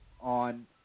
On